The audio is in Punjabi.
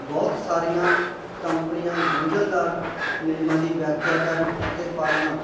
ਬਹੁਤ ਸਾਰੀਆਂ ਕੰਪਨੀਆਂ ਗੁੰਝਲਦਾਰ ਨਿਯਮਾਂ ਦੀ ਵਿਆਖਿਆ ਕਰਨ ਅਤੇ ਪਾਲਣਾ